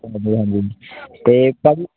ਹਾਂਜੀ ਹਾਂਜੀ ਅਤੇ ਭਾਅ ਜੀ